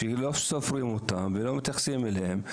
שלא סופרים אותם ולא מתייחסים אליהם.